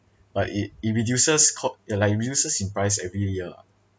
but it it reduces co~ yeah like it reduces in price every year ah